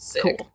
cool